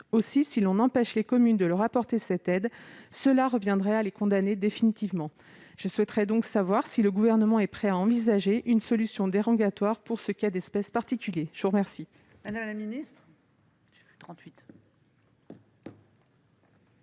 très délicat. Empêcher les communes de leur apporter cette aide reviendrait à les condamner définitivement. Je souhaiterais donc savoir si le Gouvernement est prêt à envisager une solution dérogatoire pour ce cas d'espèce particulier. La parole